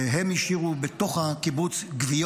הם השאירו בתוך הקיבוץ גוויות